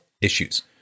issues